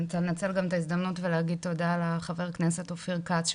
אני רוצה לנצל גם את ההזדמנות ולהגיד תודה לחבר הכנסת אופיר כץ,